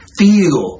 feel